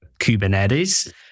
Kubernetes